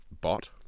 bot